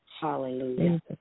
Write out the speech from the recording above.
Hallelujah